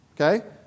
Okay